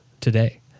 today